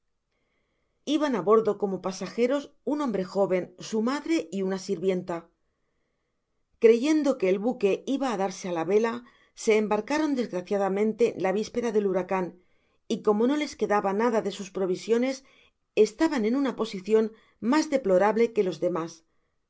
iban á bordo como pasajeros un hombre jóven su mairey una sirvienta creyendo que el buque iba á darse í la vela se embarcaron desgraciadamente la vispera del baracao y como no les quedaba nada de sus provisiones estaban en una posicion mas deplorable que los demas